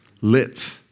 Lit